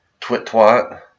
TwitTwat